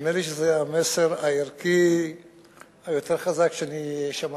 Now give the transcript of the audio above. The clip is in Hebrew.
נדמה לי שזה המסר הערכי היותר חזק ששמעתי,